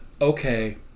okay